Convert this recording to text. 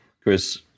Chris